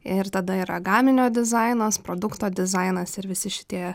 ir tada yra gaminio dizainas produkto dizainas ir visi šitie